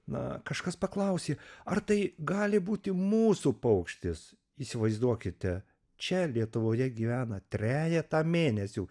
na kažkas paklausė ar tai gali būti mūsų paukštis įsivaizduokite čia lietuvoje gyvena trejetą mėnesių